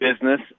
Business